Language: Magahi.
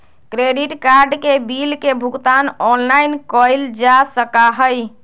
क्रेडिट कार्ड के बिल के भुगतान ऑनलाइन कइल जा सका हई